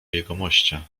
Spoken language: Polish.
jegomościa